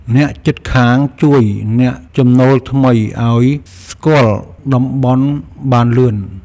អ្នកជិតខាងជួយអ្នកចំណូលថ្មីឲ្យស្គាល់តំបន់បានលឿន។